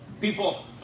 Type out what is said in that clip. People